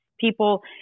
people